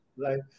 right